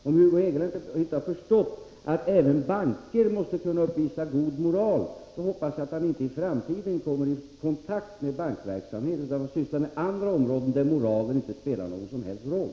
Om Hugo Hegeland inte har förstått att även banker måste kunna uppvisa god moral, hoppas jag att han i framtiden inte kommer i kontakt med bankverksamhet utan får syssla med andra områden, där moralen inte spelar någon som helst roll.